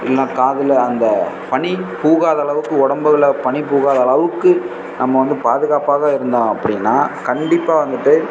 இல்லைன்னா காதில் அந்த பனி போகாத அளவுக்கு உடம்புகள பனி போகாத அளவுக்கு நம்ம வந்து பாதுகாப்பாக இருந்தோம் அப்படின்னா கண்டிப்பாக வந்துட்டு